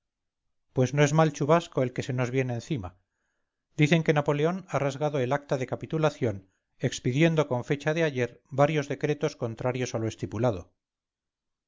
pues no es mal chubasco el que se nos viene encima dicen que napoleón ha rasgado el acta de capitulación expidiendo con fecha de ayer varios decretos contrarios a lo estipulado